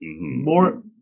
more